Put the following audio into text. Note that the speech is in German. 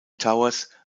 towers